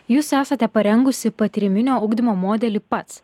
jūs esate parengusi patyriminio ugdymo modelį pats